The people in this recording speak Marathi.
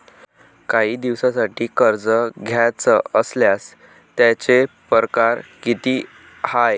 कायी दिसांसाठी कर्ज घ्याचं असल्यास त्यायचे परकार किती हाय?